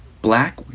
Black